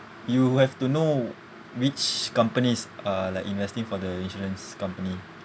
you have to know which companies are like investing for the insurance company